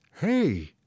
Hey